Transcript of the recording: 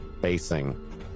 facing